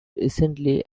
recently